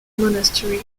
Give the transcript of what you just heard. monastery